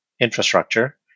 infrastructure